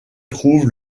trouve